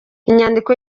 inyandiko